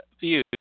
view